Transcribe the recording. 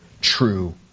true